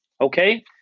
Okay